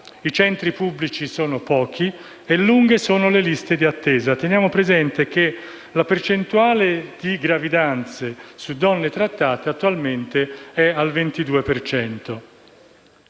I centri pubblici sono pochi e lunghe sono le liste di attesa. Teniamo presente che la percentuale di gravidanze su donne trattate è attualmente al 22